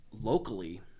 locally